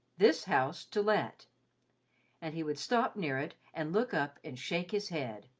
this house to let and he would stop near it and look up and shake his head,